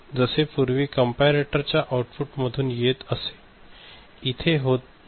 जसे पूर्वी कम्पारेटर च्या आउटपुट मधून येतअसे इथे होत नाही